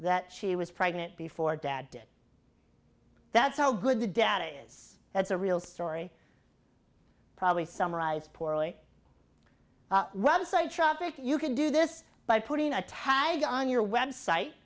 that she was pregnant before dad did that's how good the data is that's a real story probably summarized poorly rub site traffic you can do this by putting a tag on your website